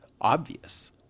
obvious